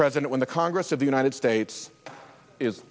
president when the congress of the united states is